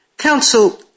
Council